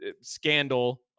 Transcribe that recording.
scandal